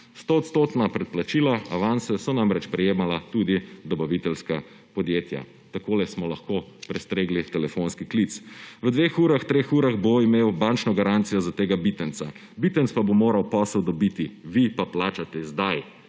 100-odstotna predplačila, avanse so namreč prejemala tudi dobaviteljska podjetja. Takole smo lahko prestregli telefonski klic: »V dveh, treh urah bo imel bančno garancijo za tega Bitenca, Bitenc pa bo moral posel dobiti, vi pa plačajte zdaj«.